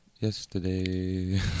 Yesterday